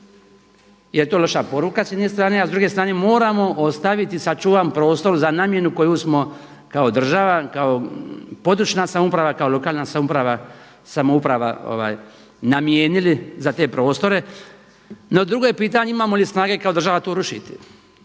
jer je to loša poruka s jedne strane, a s druge strane moramo ostaviti sačuvan prostor za namjenu koju smo kao država, kao područna samouprava, kao lokalna samouprava namijenili za te prostore. No drugo je pitanje imamo li snage kao država to rušiti,